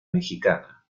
mexicana